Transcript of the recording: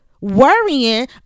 worrying